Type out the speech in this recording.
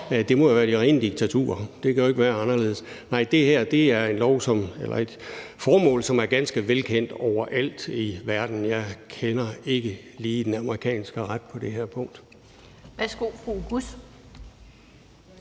Det må jo være de rene diktaturer; det kan ikke være anderledes. Nej, det her er et formål, som er ganske velkendt overalt i verden. Jeg kender ikke lige den amerikanske ret på det her punkt.